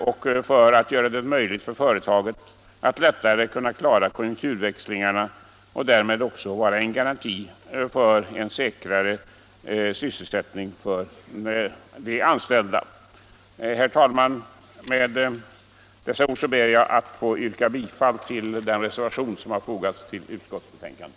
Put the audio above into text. Det skulle också göra det möjligt för företaget att lättare klara konjunkturväxlingarna och därmed vara en garanti för en säkrare sysselsättning för de anställda. Herr talman! Med dessa ord ber jag att få yrka bifall till den reservation som har fogats till utskottsbetänkandet.